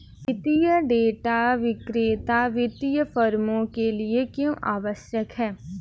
वित्तीय डेटा विक्रेता वित्तीय फर्मों के लिए क्यों आवश्यक है?